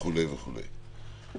וכו' וכו'.